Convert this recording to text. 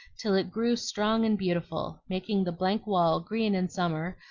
till it grew strong and beautiful making the blank wall green in summer,